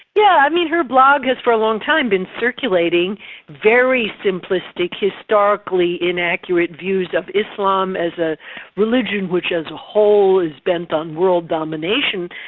yeah i mean, her blog has for a long time been circulating very simplistic historically inaccurate views of islam as a religion which as a whole is bent on world domination.